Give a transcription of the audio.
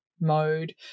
mode